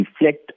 reflect